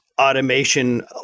automation